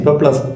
plus